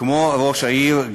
כמו ראש העיר,